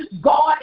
God